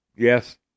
Yes